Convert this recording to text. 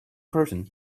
person